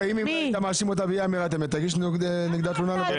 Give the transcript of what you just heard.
אם אתה מאשים אותה באי אמירת אמת תגיש נגדה תלונה לוועדת האתיקה.